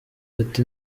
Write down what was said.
ati